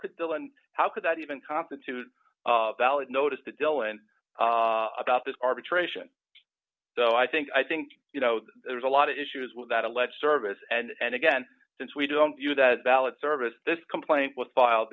could bill and how could that even constitute valid notice to dylan about this arbitration so i think i think you know there's a lot of issues with that alleged service and again since we don't do that ballot service this complaint was filed